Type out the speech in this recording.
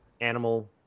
animal